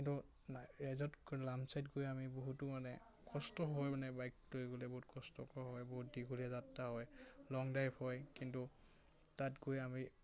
কিন্তু নামচাইত গৈ আমি বহুতো মানে কষ্ট হয় মানে বাইক লৈ গ'লে বহুত কষ্টকৰ হয় বহুত দীঘলেয়া যাত্ৰা হয় লং ড্ৰাইভ হয় কিন্তু তাত গৈ আমি